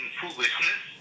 foolishness